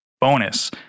Bonus